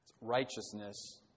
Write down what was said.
righteousness